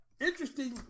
Interesting